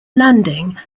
landing